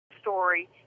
story